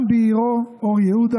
גם בעירו אור יהודה,